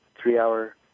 three-hour